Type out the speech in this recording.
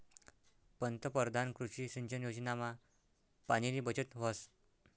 पंतपरधान कृषी सिंचन योजनामा पाणीनी बचत व्हस